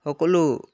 সকলো